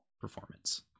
performance